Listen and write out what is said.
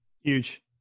Huge